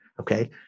okay